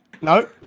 No